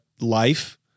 life